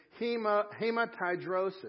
hematidrosis